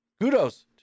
Kudos